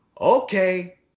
okay